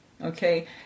Okay